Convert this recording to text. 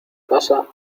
casa